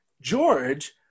George